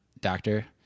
doctor